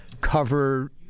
cover